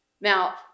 Now